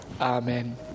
Amen